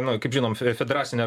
na kaip žinom federacinė